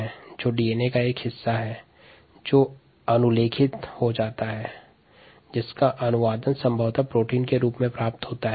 gene जो DNA का एक हिस्सा है अनुलेखित होता है जिसका अनुवादन संभवत प्रोटीन के रूप में होता है